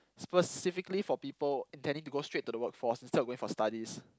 specifically for people intending to go straight to the workforce instead of going for studies